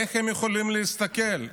איך הם יכולים להסתכל?